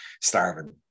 starving